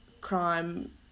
crime